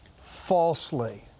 falsely